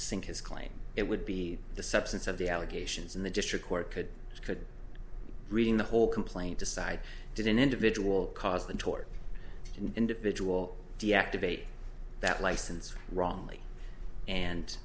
sink his claim it would be the substance of the allegations in the district court could could reading the whole complaint aside did an individual cause the tort individual deactivate that license wrongly